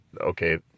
okay